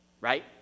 right